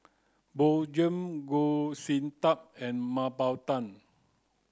Bjorn Shen Goh Sin Tub and Mah Bow Tan